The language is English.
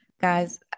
guys